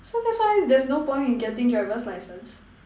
so that's why there's no point in getting driver's license